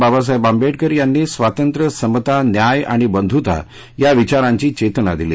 बाबासाहेब आंबेडकर यांनी स्वातंत्र्यसमता न्याय आणि बंधूता या विचारांची चेतना दिली